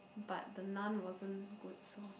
but the the Nun wasn't good so